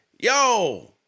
yo